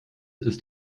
ist